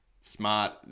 Smart